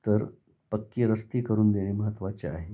तर पक्के रस्ते करून देणे महत्त्वाचे आहे